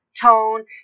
tone